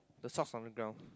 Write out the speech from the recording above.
the stuffs on the ground